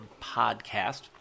Podcast